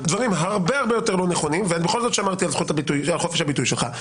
לדברים הרבה יותר לא נכונים ואני בכל זאת שמרתי על חופש הביטוי שלך.